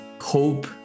hope